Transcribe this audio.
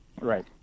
Right